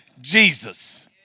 Jesus